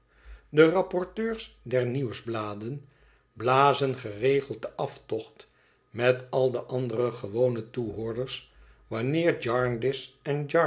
de rapporteurs der nieuwsbladen blazen geregeld den aftocht met al de andere gewone toehoorders wanneer jarndyce en